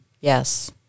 Yes